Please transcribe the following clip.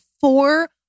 four